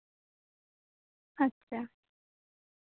ᱟᱪᱪᱷᱟ